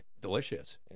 Delicious